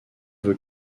veut